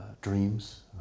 dreams